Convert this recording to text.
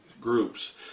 groups